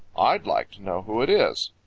i'd like to know who it is.